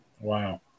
Wow